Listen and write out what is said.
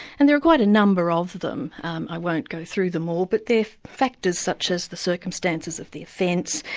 and there are quite a number of them i won't go through them all, but there are factors such as the circumstances of the offence,